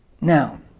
Now